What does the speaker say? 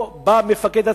פה בא המפקד הצבאי,